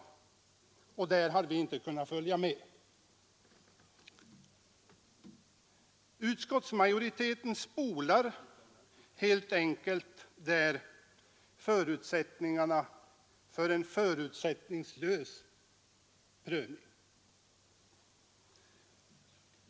Där har vi inte kunnat följa med. Utskottsmajoriteten spolar helt enkelt därmed förutsättningarna för en förutsättningslös prövning.